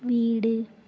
வீடு